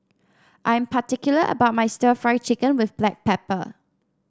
I'm particular about my stir Fry Chicken with Black Pepper